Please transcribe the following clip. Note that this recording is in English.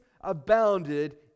abounded